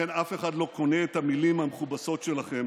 לכן אף אחד לא קונה את המילים המכובסות שלכם